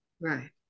Right